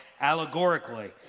allegorically